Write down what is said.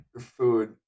food